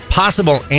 possible